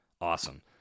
Awesome